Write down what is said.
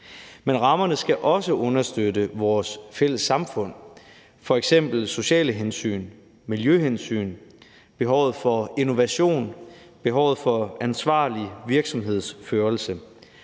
Men rammerne skal også understøtte vores fælles samfund, f.eks. sociale hensyn, miljøhensyn, behovet for innovation, behovet for ansvarlig virksomhedsførelse.